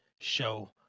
show